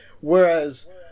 whereas